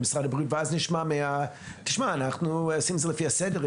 ואז נשמע מ -- אנחנו עושים את זה לפי הסדר.